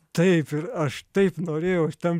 taip ir aš taip norėjau ten